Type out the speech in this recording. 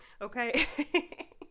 Okay